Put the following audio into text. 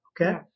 Okay